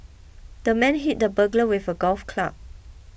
the man hit the burglar with a golf club